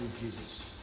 Jesus